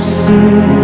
see